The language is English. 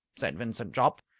said vincent jopp,